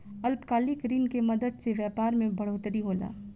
अल्पकालिक ऋण के मदद से व्यापार मे बढ़ोतरी होला